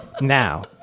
Now